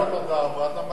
על זכויות אדם ואתה מגביל.